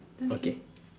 okay